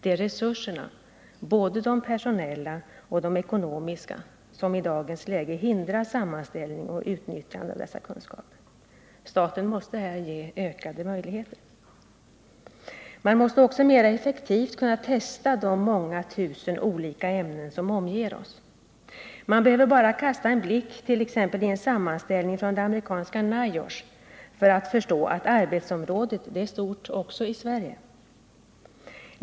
Det är resurserna, både de personella och ekonomiska, som i dagens läge hindrar sammanställning och utnyttjande av dessa kunskaper. Staten måste här ge ökade möjligheter. Man måste också mer effektivt kunna testa de många tusen olika ämnen som omger oss. Vi behöver bara kasta en blick t.ex. i en sammanställning från det amerikanska NIOSH för att förstå att arbetsområdet är stort även i Sverige.